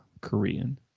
korean